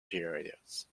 periods